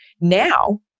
Now